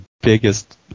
biggest